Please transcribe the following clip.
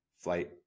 flight